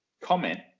comment